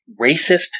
racist